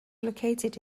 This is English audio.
located